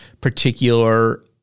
particular